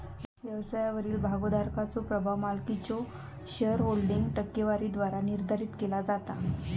व्यवसायावरील भागोधारकाचो प्रभाव मालकीच्यो शेअरहोल्डिंग टक्केवारीद्वारा निर्धारित केला जाता